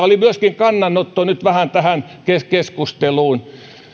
oli myöskin kannanotto nyt vähän tähän keskusteluun